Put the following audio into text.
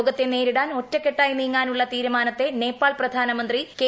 രോഗത്തെ നേരിടാൻ ഒറ്റക്കെട്ടായി നീങ്ങാനുള്ള തീരുമാനത്തെ നേപ്പാൾ പ്രധാനമന്ത്രി കെ